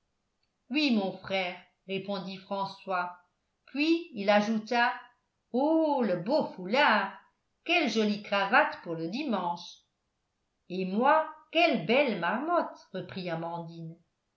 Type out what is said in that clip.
oui mon frère répondit françois puis il ajouta oh le beau foulard quelle jolie cravate pour le dimanche et moi quelle belle marmotte reprit amandine